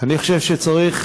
אני חושב שצריך,